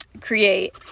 create